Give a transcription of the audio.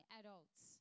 adults